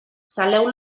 saleu